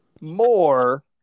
more